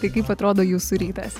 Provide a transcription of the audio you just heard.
tai kaip atrodo jūsų rytas